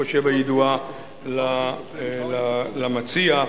הידועה למציע,